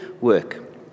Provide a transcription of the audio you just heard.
work